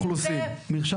פה גיל 50. אגב,